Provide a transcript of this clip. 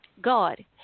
God